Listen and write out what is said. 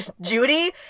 Judy